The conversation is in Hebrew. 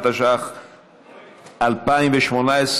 התשע"ח 2018,